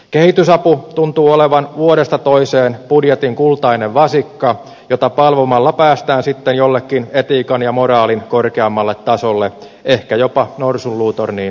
kehitysapu tuntuu olevan vuodesta toiseen budjetin kultainen vasikka jota palvomalla päästään sitten jollekin etiikan ja moraalin korkeammalle tasolle ehkä jopa norsunluutorniin saakka